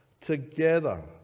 together